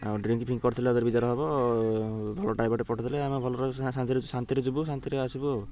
ଆଉ ଡ୍ରିଙ୍କଫିଙ୍କ କରିଥିଲେ ତ ବିଜାର ହବ ଭଲ ଡ୍ରାଇଭରଟେ ପଠେଇଦଲେ ଆମେ ଭଲ ଶାନ୍ତିରେ ଯିବୁ ଶାନ୍ତିରେ ଆସିବୁ ଆଉ